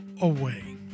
away